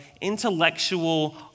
intellectual